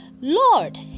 Lord